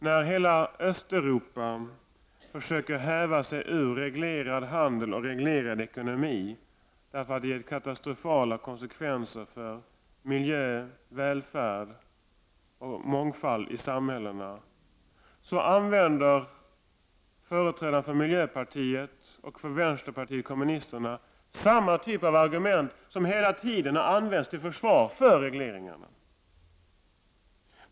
När hela Östeuropa försöker häva sig ur reglerad handel och reglerad ekonomi, därför att det haft katastrofala konsekvenser för miljö, välfärd och mångfald i samhällena, använder företrädarna för miljöpartiet och vänsterpartiet kommunisterna samma typ av argument som hela tiden har använts till försvar för regleringarna.